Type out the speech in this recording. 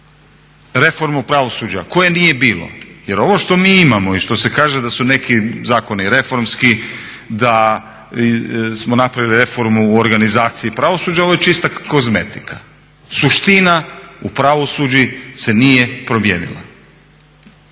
za reformu pravosuđa koje nije bilo. Jer ovo što mi imao i što se kaže da su neki zakoni reformski, da smo napravili reformu u organizaciji pravosuđa, ovo je čista kozmetika. Suština u pravosuđu se nije promijenila.